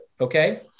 Okay